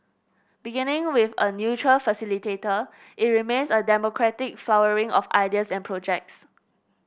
beginning with a neutral facilitator it remains a democratic flowering of ideas and projects